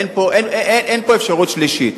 אין פה אפשרות שלישית.